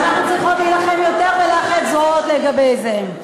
ואנחנו צריכות להילחם יותר ולאחד זרועות לגבי זה.